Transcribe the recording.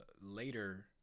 later